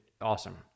awesome